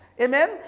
Amen